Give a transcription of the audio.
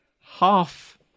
half